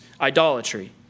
idolatry